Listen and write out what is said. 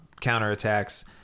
counterattacks